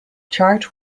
chart